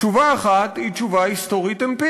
תשובה אחת היא תשובה היסטורית-אמפירית: